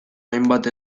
hainbat